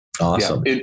awesome